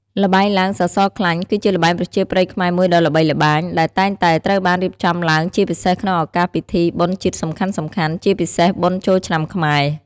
ល្បែងឡើងសសរខ្លាញ់ គឺជាល្បែងប្រជាប្រិយខ្មែរមួយដ៏ល្បីល្បាញ ដែលតែងតែត្រូវបានរៀបចំឡើងជាពិសេសក្នុងឱកាសពិធីបុណ្យជាតិសំខាន់ៗជាពិសេសបុណ្យចូលឆ្នាំខ្មែរ។